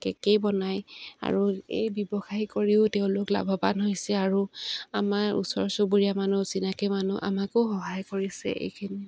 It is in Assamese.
কেকেই বনায় আৰু এই ব্যৱসায় কৰিও তেওঁলোক লাভৱান হৈছে আৰু আমাৰ ওচৰ চুবুৰীয়া মানুহ চিনাকী মানুহ আমাকো সহায় কৰিছে এইখিনি